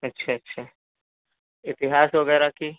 अच्छा अच्छा इतिहास वगैरह की